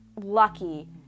lucky